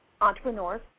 entrepreneurs